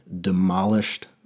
demolished